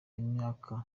imyaka